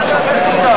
בוא נחפש אותה.